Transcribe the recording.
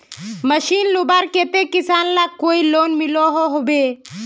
Machine लुबार केते किसान लाक कोई लोन मिलोहो होबे?